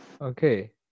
Okay